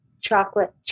chocolate